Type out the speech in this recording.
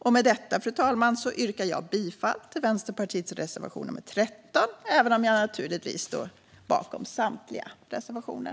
Med detta yrkar jag bifall endast till Vänsterpartiets reservation nummer 13, även om jag naturligtvis står bakom samtliga Vänsterpartiets reservationer.